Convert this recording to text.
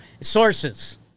sources